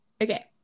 Okay